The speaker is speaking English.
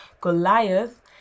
goliath